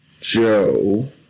Joe